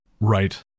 right